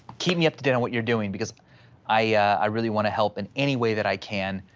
keep me up to date on what you're doing, because i really wanna help in any way that i can.